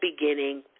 beginning